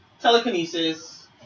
telekinesis